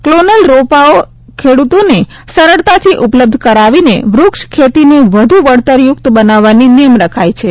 clonal રોપાઓ ખેડ્રતોને સરળતાથી ઉપલબ્ધ કરાવીને વૃક્ષ ખેતીને વધુ વળતરયુક્ત બનાવાની નેમ રખાઈ છે